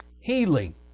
healing